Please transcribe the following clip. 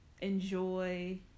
enjoy